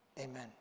amen